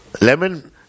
lemon